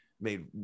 made